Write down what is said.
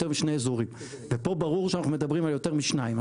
משני אזורים ופה ברור שאנחנו מדברים על יותר משניים.